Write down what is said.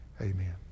Amen